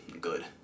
good